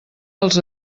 als